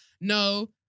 No